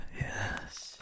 Yes